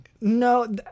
No